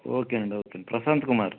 ఓకేనండి ఓకే ప్రశాంత్ కుమార్